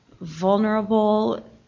vulnerable